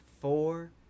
four